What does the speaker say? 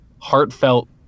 heartfelt